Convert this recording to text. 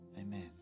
Amen